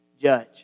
judge